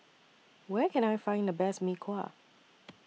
Where Can I Find The Best Mee Kuah